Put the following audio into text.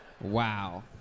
Wow